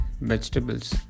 vegetables